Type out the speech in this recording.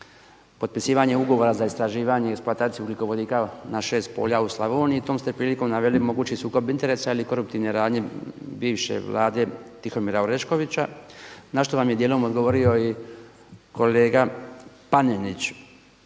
potpisivanje ugovora za istraživanje i eksploataciju ugljikovodika na šest polja u Slavoniji. Tom ste prilikom naveli mogući sukob interesa ili koruptivne radnje bivše Vlade Tihomira Oreškovića na što vam je dijelom odgovorio i kolega Panenić.